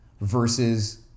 versus